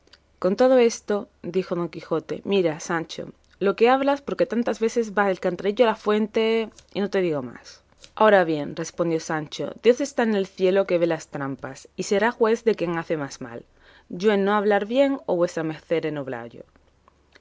con todo eso dijo don quijote mira sancho lo que hablas porque tantas veces va el cantarillo a la fuente y no te digo más ahora bien respondió sancho dios está en el cielo que ve las trampas y será juez de quién hace más mal yo en no hablar bien o vuestra merced en